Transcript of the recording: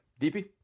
DP